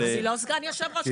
לא סגן יושב-ראש.